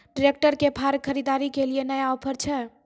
Tractor के फार खरीदारी के लिए नया ऑफर छ?